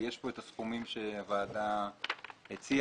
יש כאן את הסכומים שהוועדה הציעה.